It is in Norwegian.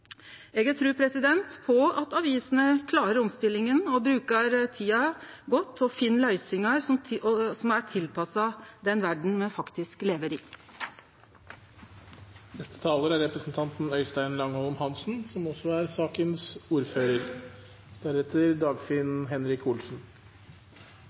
Eg har tru på at avisene klarer omstillinga, brukar tida godt og finn løysingar som er tilpassa den verda me faktisk lever i. Jeg skal kvittere ut representanten Helge Ortens ros til meg og si at den aller første delen av hans innlegg var også bra. Men nå er